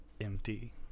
empty